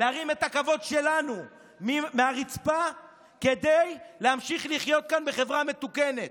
להרים את הכבוד שלנו מהרצפה כדי להמשיך לחיות כאן בחברה מתוקנת,